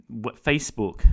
Facebook